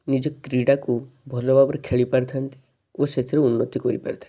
ନିଜ କ୍ରୀଡ଼ାକୁ ଭଲ ଭାବରେ ଖେଳିପାରିଥାନ୍ତି ଓ ସେଥିରୁ ଉନ୍ନତି କରିପାରିଥାନ୍ତି